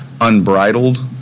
unbridled